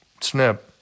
snip